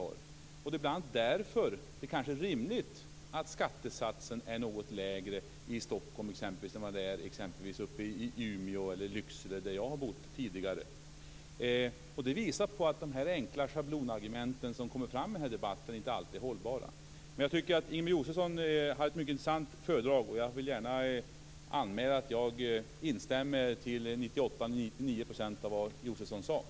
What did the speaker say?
Det är bl.a. därför det kanske är rimligt att skattesatsen är något lägre i Stockholm än exempelvis uppe i Umeå eller Lycksele, där jag har bott tidigare. Detta visar att de enkla schablonargument som kommer fram i den här debatten inte alltid är hållbara. Men jag tycker att Ingemar Josefsson höll ett mycket intressant föredrag. Jag vill gärna anmäla att jag instämmer till 98 eller 99 % i vad Josefsson sade.